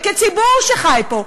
וכציבור שחי פה,